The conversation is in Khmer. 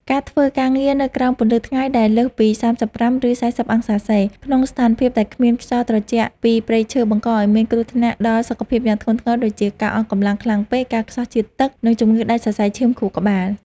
ការធ្វើការងារនៅក្រោមពន្លឺថ្ងៃដែលលើសពី ៣៥ ឬ ៤០ អង្សាសេ ក្នុងស្ថានភាពដែលគ្មានខ្យល់ត្រជាក់ពីព្រៃឈើ បង្កឱ្យមានគ្រោះថ្នាក់ដល់សុខភាពយ៉ាងធ្ងន់ធ្ងរដូចជា ការអស់កម្លាំងខ្លាំងពេក ការខ្សោះជាតិទឹក និងជំងឺដាច់សរសៃឈាមខួរក្បាល។